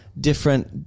different